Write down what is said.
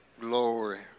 Glory